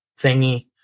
thingy